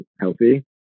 healthy